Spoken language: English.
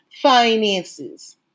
finances